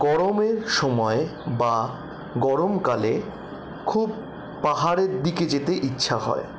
গরমের সময় বা গরমকালে খুব পাহাড়ের দিকে যেতে ইচ্ছা হয়